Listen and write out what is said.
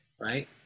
right